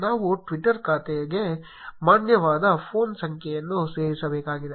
ನಾವು ಟ್ವಿಟರ್ ಖಾತೆಗೆ ಮಾನ್ಯವಾದ ಫೋನ್ ಸಂಖ್ಯೆಯನ್ನು ಸೇರಿಸಬೇಕಾಗಿದೆ